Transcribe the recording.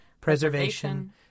preservation